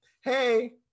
hey